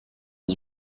dix